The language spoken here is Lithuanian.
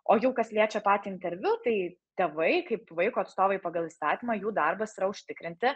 o jau kas liečia patį interviu tai tėvai kaip vaiko atstovai pagal įstatymą jų darbas yra užtikrinti